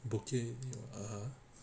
bukit ugh